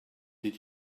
did